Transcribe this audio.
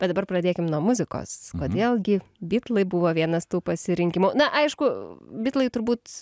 bet dabar pradėkim nuo muzikos kodėl gi bitlai buvo vienas tų pasirinkimų na aišku bitlai turbūt